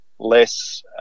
less